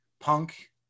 Punk